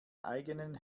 eigenen